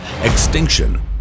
extinction